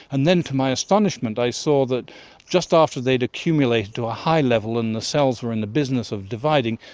and then to my astonishment i saw that just after they'd accumulated to a high level and the cells were in the business of dividing,